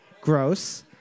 gross